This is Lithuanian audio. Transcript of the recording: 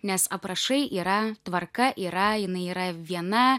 nes aprašai yra tvarka yra jinai yra viena